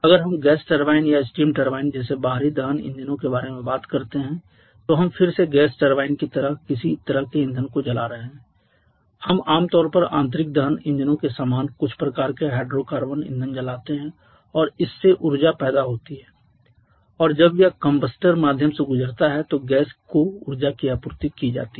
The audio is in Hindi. अगर हम गैस टरबाइन या स्टीम टरबाइन जैसे बाहरी दहन इंजनों के बारे में बात करते हैं तो हम फिर से गैस टरबाइन की तरह किसी तरह के ईंधन को जला रहे हैं हम आम तौर पर आंतरिक दहन इंजनों के समान कुछ प्रकार के हाइड्रोकार्बन ईंधन जलाते हैं और इससे ऊर्जा पैदा होती है और जब यह कम्बस्टर के माध्यम से गुजरता है तो गैस को ऊर्जा की आपूर्ति की जाती है